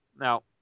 Now